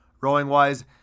Rowing-wise